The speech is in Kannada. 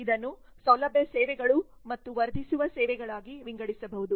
ಇದನ್ನು ಸೌಲಭ್ಯ ಸೇವೆಗಳು ಮತ್ತು ವರ್ಧಿಸುವ ಸೇವೆಗಳಾಗಿ ವಿಂಗಡಿಸಬಹುದು